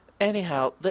Anyhow